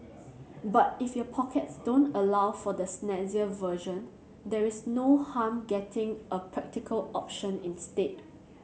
but if your pockets don't allow for the snazzier version there is no harm getting a practical option instead